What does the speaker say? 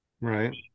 Right